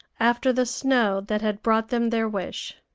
after the snow that had brought them their wish.